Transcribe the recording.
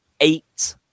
eight